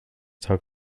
tag